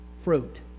fruit